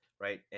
right